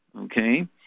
okay